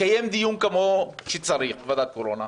התקיים דיון כמו שצריך בוועדת קורונה,